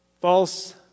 false